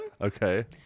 okay